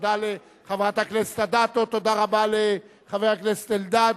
תודה לחברת הכנסת אדטו ותודה רבה לחבר הכנסת אלדד